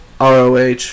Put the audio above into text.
ROH